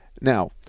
Now